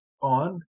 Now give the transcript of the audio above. on